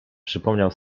przypomniał